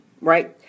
right